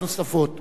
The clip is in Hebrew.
בבקשה.